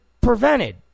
prevented